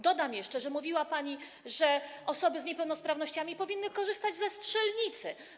Dodam jeszcze, że mówiła pani, że osoby z niepełnosprawnościami powinny korzystać ze strzelnicy.